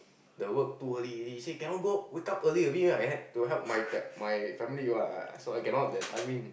the work too early already say cannot wake up earlier a bit right I had to help my par~ my family what so I cannot that timing